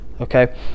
Okay